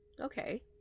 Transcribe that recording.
okay